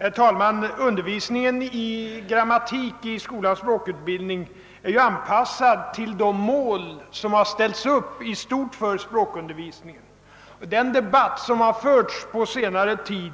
Herr talman! Undervisningen i grammatik i skolans språkutbildning är anpassad efter de mål i stort som har ställts upp för språkundervisningen. Den debatt som har förts på senare tid